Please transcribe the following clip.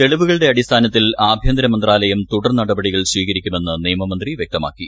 തെളിവുകളുടെ അടിസ്ഥാനത്തിൽ ആഭ്യന്തര മന്ത്രാലയം തുടർനടപടികൾ സ്വീകരിക്കുമെന്ന് നിയമമന്ത്രി വ്യക്തമാക്കി